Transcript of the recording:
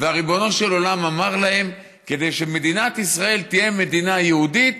וריבונו של העולם אמר לכם: כדי שמדינת ישראל תהיה מדינה יהודית,